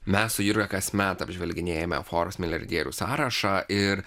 mes su jurga kasmet apžvelginėjame forbes milijardierių sąrašą ir